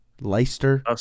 Leicester